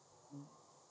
um